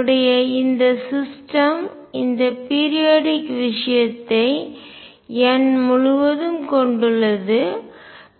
என்னுடைய இந்த சிஸ்டம் இந்த பீரியாடிக் விஷயத்தை n முழுவதும் கொண்டுள்ளது